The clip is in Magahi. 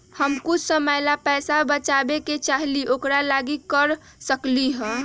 हम कुछ समय ला पैसा बचाबे के चाहईले ओकरा ला की कर सकली ह?